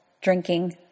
drinking